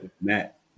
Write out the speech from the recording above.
matt